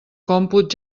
còmput